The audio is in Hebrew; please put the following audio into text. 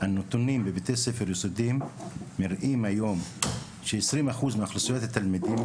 כי הנתונים בבתי הספר היסודיים מראים היום ש-20% מאוכלוסיית התלמידים,